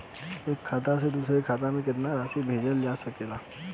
एक खाता से दूसर खाता में केतना राशि भेजल जा सके ला?